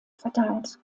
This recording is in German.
verteilt